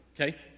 Okay